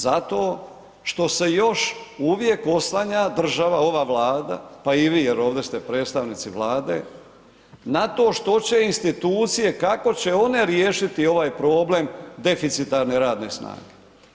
Zato što se još uvijek oslanja država, ova Vlada, pa i vi jer ovdje ste predstavnici Vlade, na to što će institucije, kako će one riješiti ovaj problem deficitarne radne snage.